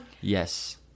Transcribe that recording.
Yes